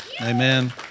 Amen